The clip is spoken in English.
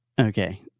Okay